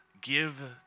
Give